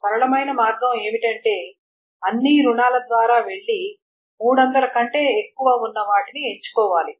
సరళమైన మార్గం ఏమిటంటే అన్ని రుణాల ద్వారా వెళ్లి 300 కంటే ఎక్కువ ఉన్న వాటిని ఎంచుకోవాలి